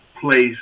place